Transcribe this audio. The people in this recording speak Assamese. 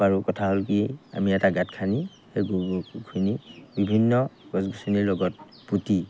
পাৰোঁ কথা হ'ল কি আমি এটা গাঁত খানি সেই গৰু গোবৰখিনি বিভিন্ন গছ গছনিৰ লগত পুতি